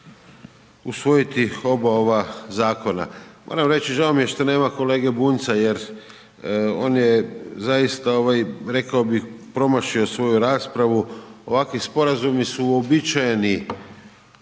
usvojiti oba ova zakona. Moram reći, žao mi je što nema kolege Bunjca jer on je zaista rekao bih promašio svoju raspravu, ovakvi sporazumi su uobičajeni